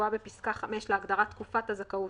הקבועה בפסקה (5) להגדרה "תקופת הזכאות"